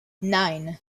nine